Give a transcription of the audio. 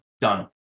done